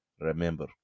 remember